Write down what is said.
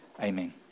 amen